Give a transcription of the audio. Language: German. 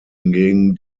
hingegen